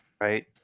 Right